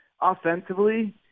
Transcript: offensively